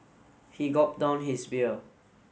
he gulped down his beer